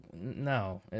no